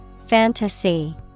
Fantasy